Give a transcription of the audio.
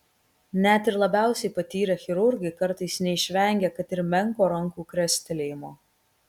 net ir labiausiai patyrę chirurgai kartais neišvengia kad ir menko rankų krestelėjimo